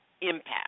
impact